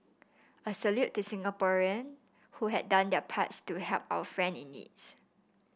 a salute to Singaporean who had done their parts to help our friend in needs